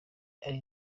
ari